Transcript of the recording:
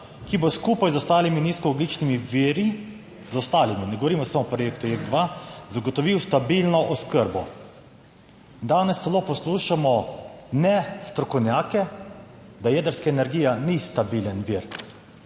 ki bo skupaj z ostalimi nizkoogljičnimi viri - z ostalimi, ne govorimo samo o projektu JEK2, - zagotovil stabilno oskrbo. In danes celo poslušamo nestrokovnjake, da jedrska energija ni stabilen vir.